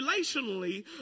relationally